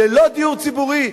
ללא דיור ציבורי,